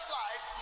life